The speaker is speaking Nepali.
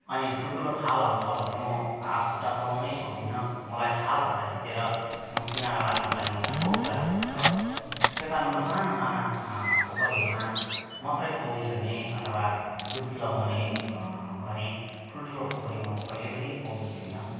अनि ठुल्ठुलो छालहरू छ भने त म हातखुट्टा चलाउनै सक्दिनँ मलाई छालहरूलाई जितेर म किनारा लाग्नुको लागि मलाई बहुत गाह्रो पर्छ त्यो कारण म सानासाना पोखरीहरूमा मात्रै पौडी खेल्ने अथवा डुब्की लगाउने गरेँ ठुल्ठुलो पोखरीमा म कहिल्यै पनि पौडी खेलिनँ